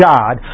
God